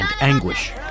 anguish